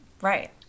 Right